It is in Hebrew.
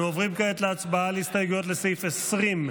אנו עוברים כעת להצבעה על ההסתייגויות לסעיף 20,